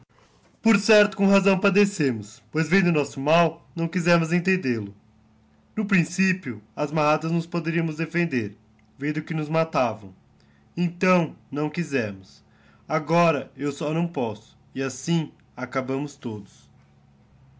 por certo com razão padecemos pois vendo o nosso mal não quizemos entendelo no principio ás marradas nos poderamos defender vendo que nos matavão então não quizemos agora eu só não posso e assim acabamos todos